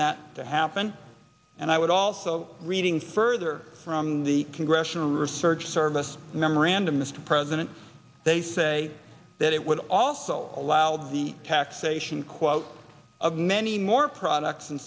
that to happen and i would also reading further from the congressional research service memorandum mr president they say that it would also allow the taxation quote of many more products and